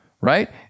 right